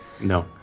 No